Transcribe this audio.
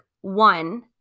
one